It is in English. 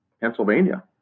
Pennsylvania